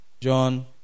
John